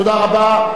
תודה רבה.